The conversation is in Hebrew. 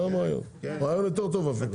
רעיון יותר טוב אפילו.